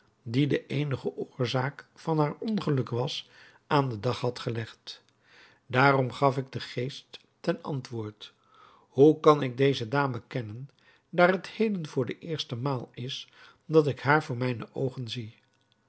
die de eenige oorzaak van haar ongeluk was aan den dag had gelegd daarom gaf ik den geest ten antwoord hoe kan ik deze dame kennen daar het heden voor de eerste maal is dat ik haar voor mijne oogen zie